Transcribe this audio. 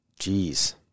Jeez